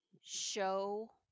show